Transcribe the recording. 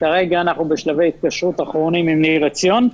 כרגע אנחנו בשלבי התקשרות אחרונים עם ניר עציון.